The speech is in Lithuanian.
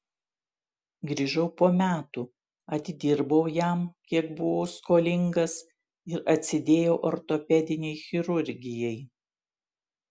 grįžau po metų atidirbau jam kiek buvau skolingas ir atsidėjau ortopedinei chirurgijai